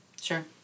Sure